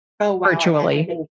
virtually